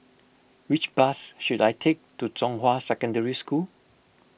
which bus should I take to Zhonghua Secondary School